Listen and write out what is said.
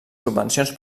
subvencions